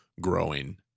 growing